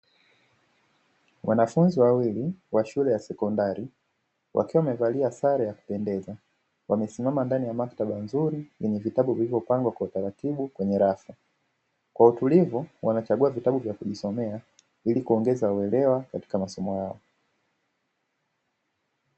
Wanafunzi wawili wa shule ya sekondari wakiwa wamevalia sare ya kupendeza, wamesimama ndani ya maktaba nzuri yenye vitabu vilivyopangwa kwa utaratibu kwenye rafu. Kwa utulivu wanachagua vitabu vya kujisomea ili kuongeza uelewa katika masomo yao.